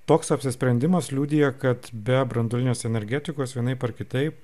toks apsisprendimas liudija kad be branduolinės energetikos vienaip ar kitaip